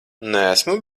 neesmu